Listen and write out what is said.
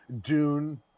Dune